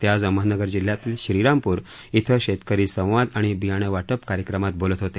ते आज अहमदनगर जिल्ह्यातील श्रीरामपूर क्वें शेतकरी संवाद आणि बियाणं वाटप कार्यक्रमात बोलत होते